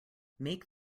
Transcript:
make